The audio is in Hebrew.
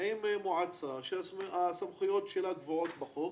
עם מועצה שהסמכויות שלה גבוהות בחוק,